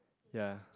ya